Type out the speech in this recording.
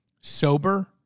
sober